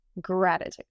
Gratitude